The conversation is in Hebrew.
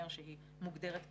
אומר שהיא מוגדרת כנכה.